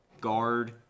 guard